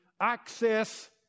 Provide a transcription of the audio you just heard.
access